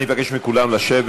אני מבקש מכולם לשבת.